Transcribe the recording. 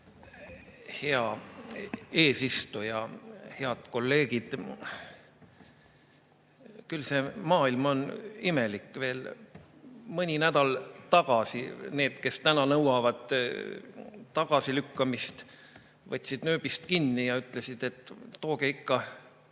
Hea eesistuja! Head kolleegid! Küll see maailm on imelik. Veel mõni nädal tagasi need, kes täna nõuavad tagasilükkamist, võtsid nööbist kinni ja ütlesid, et tooge ikka